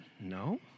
No